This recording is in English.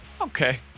Okay